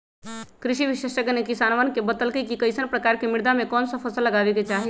कृषि विशेषज्ञ ने किसानवन के बतल कई कि कईसन प्रकार के मृदा में कौन सा फसल लगावे के चाहि